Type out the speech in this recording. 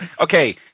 okay